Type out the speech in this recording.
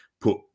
put